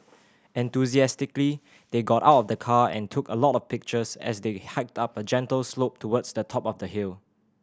enthusiastically they got out of the car and took a lot of pictures as they hiked up a gentle slope towards the top of the hill